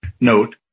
Note